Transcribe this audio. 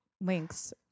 links